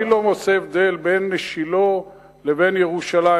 אני לא עושה הבדל בין שילה לבין ירושלים,